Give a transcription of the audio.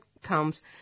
comes